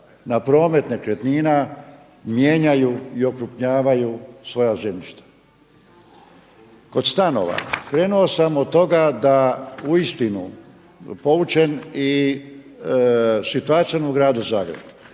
na promet nekretnina mijenjaju i okrupnjavaju svoja zemljišta. Kod stanova, krenuo sam od toga da uistinu poučen i situacijom u Gradu Zagrebu,